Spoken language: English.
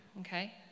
okay